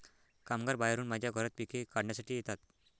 कामगार बाहेरून माझ्या घरात पिके काढण्यासाठी येतात